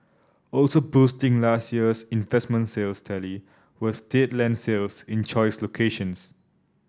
also boosting last year's investment sales tally were state land sales in choice locations